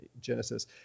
Genesis